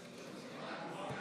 קבוצת סיעת